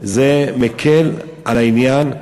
זה מקל על העניין,